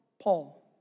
Paul